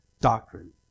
doctrine